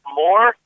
more